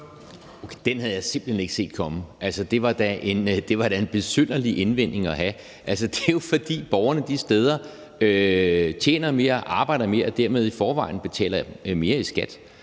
Den havde jeg simpelt hen ikke set komme. Altså, det var da en besynderlig indvending at have. Det er jo, fordi borgerne de steder tjener mere, arbejder mere og dermed i forvejen betaler mere i skat,